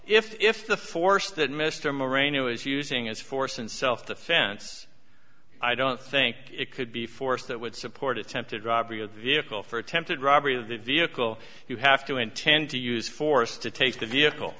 if the force that mr moreno is using as force in self defense i don't think it could be force that would support attempted robbery of the vehicle for attempted robbery of that vehicle you have to intend to use force to take the vehicle